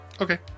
Okay